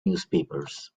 newspapers